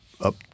up